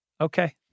Okay